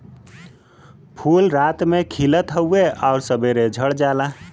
फूल रात में खिलत हउवे आउर सबेरे झड़ जाला